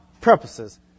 purposes